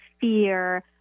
fear